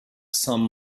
some